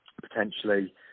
potentially